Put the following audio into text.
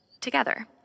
together